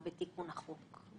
נכון.